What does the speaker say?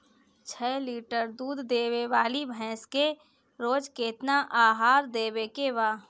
छह लीटर दूध देवे वाली भैंस के रोज केतना आहार देवे के बा?